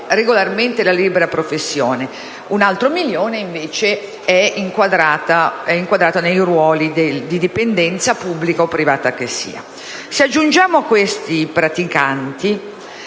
Se aggiungiamo a questi i praticanti